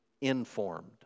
informed